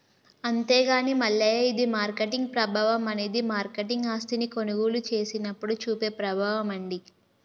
అంతేగాని మల్లయ్య ఇది మార్కెట్ ప్రభావం అనేది మార్కెట్ ఆస్తిని కొనుగోలు చేసినప్పుడు చూపే ప్రభావం అండి